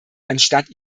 anstatt